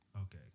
Okay